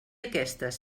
aquestes